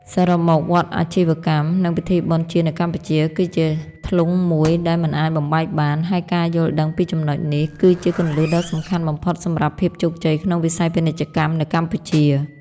សរុបមក វដ្តអាជីវកម្ម និងពិធីបុណ្យជាតិនៅកម្ពុជា គឺជាធ្លុងមួយដែលមិនអាចបំបែកបាន ហើយការយល់ដឹងពីចំណុចនេះ គឺជាគន្លឹះដ៏សំខាន់បំផុតសម្រាប់ភាពជោគជ័យក្នុងវិស័យពាណិជ្ជកម្មនៅកម្ពុជា។